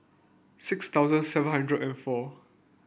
six thousand seven hundred and four